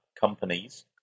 companies